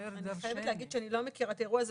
אני לא מכירה את האירוע הזה.